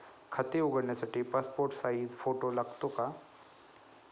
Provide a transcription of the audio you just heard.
खाते उघडण्यासाठी passport size photo लागतो का?